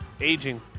aging